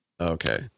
Okay